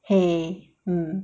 !hey! mm